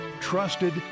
Trusted